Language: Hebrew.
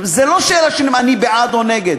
זה לא שאלה אם אני בעד או נגד,